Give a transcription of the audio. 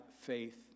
faith